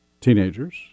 teenagers